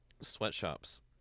Sweatshops